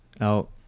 out